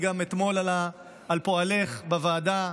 על פועלך אתמול בוועדה,